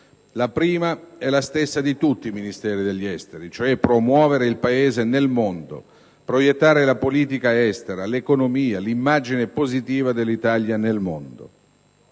La prima è la stessa di tutti i Ministeri degli esteri, cioè promuovere il Paese nel mondo, proiettare la politica estera, l'economia, l'immagine positiva dell'Italia nel mondo.